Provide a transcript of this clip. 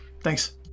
Thanks